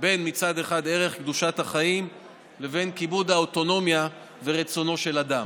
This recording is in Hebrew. בין ערך קדושת החיים לבין כיבוד האוטונומיה ורצונו של אדם.